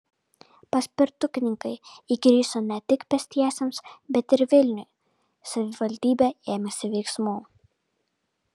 paspirtukininkai įgriso ne tik pėstiesiems bet ir vilniui savivaldybė ėmėsi veiksmų